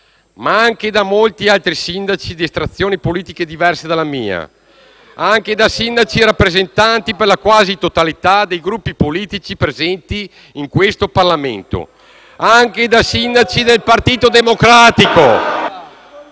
ma anche da molti altri sindaci di estrazioni politiche diverse dalla mia, anche da sindaci rappresentanti per la quasi totalità dei gruppi politici presenti in questo Parlamento, anche da sindaci del Partito Democratico